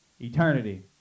Eternity